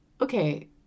Okay